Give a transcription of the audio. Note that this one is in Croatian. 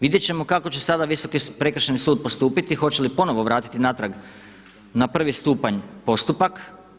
Vidjeti ćemo kako će sada Visoki prekršajni sud postupiti, hoće li ponovno vratiti natrag na prvi stupanj postupak.